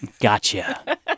Gotcha